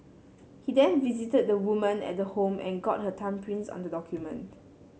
he then visited the woman at the home and got her thumbprints on the document